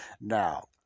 Now